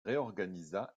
réorganisa